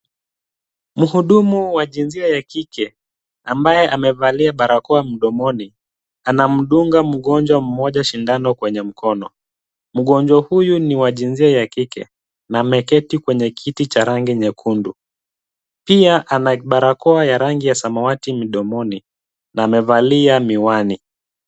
Mhudumu wa jinsia ya kike ambaye amevalia barakoa mdomoni, anamdunga mgonjwa mmoja shindano kwenye mkono. Mgonjwa huyu ni wa jinsia ya kike na ameketi kwa kiti cha rangi nyekundu. Pia ana barakoa ya rangi ya samawati mdomoni na amevalia miwani.